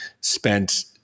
spent